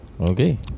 Okay